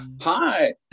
Hi